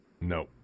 No